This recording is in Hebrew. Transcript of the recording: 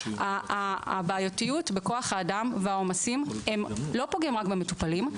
הבעייתיות בכוח האדם והעומסים לא פוגעים רק במטופלים,